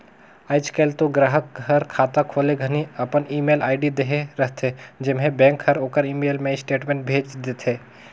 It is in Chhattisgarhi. आयज कायल तो गराहक हर खाता खोले घनी अपन ईमेल आईडी देहे रथे जेम्हें बेंक हर ओखर ईमेल मे स्टेटमेंट भेज देथे